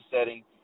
setting